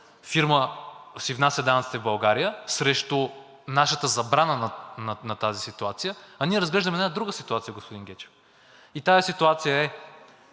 фирма си внася данъците в България срещу нашата забрана на тази ситуация, а ние разглеждаме една друга ситуация, господин Гечев. Тази ситуация е: